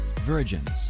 virgins